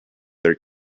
their